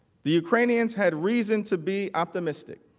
the ukrainians had reason to be optimistic.